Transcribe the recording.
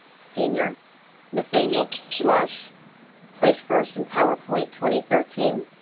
senior the same you'll plush place first and powerpoint twenty thirteen